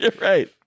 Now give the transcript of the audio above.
Right